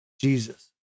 Jesus